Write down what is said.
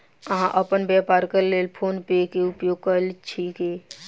अहाँ अपन व्यापारक लेल फ़ोन पे के उपयोग करै छी की?